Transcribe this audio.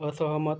असहमत